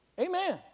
Amen